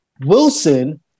Wilson